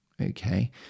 Okay